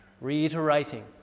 reiterating